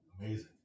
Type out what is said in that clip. amazing